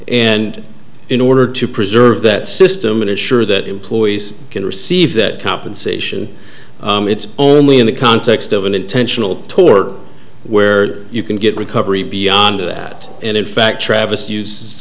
and in order to preserve that system and assure that employees can receive that compensation it's only in the context of an intentional tort where you can get recovery beyond that and in fact trav